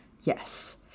Yes